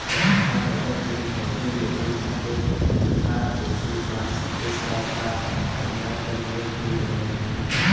रक्षा budget में फौजी लोगन खातिर तनखा पेंशन, स्वास्थ के साथ साथ हथियार क लिए फण्ड देवल जाला